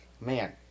man